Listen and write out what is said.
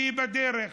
שהיא בדרך.